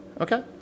Okay